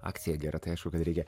akcija gera tai aišku kad reikia